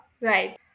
Right